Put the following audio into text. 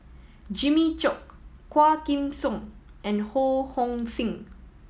Jimmy Chok Quah Kim Song and Ho Hong Sing